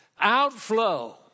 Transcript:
outflow